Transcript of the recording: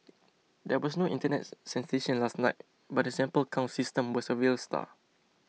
there was no Internet sensation last night but the sample count system was a real star